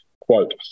quote